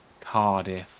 Cardiff